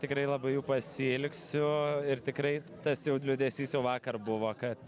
tikrai labai jų pasiilgsiu ir tikrai tas jau liūdesys jau vakar buvo kad